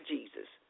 Jesus